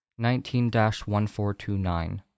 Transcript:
19-1429